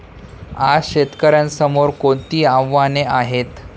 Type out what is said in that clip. आज शेतकऱ्यांसमोर कोणती आव्हाने आहेत?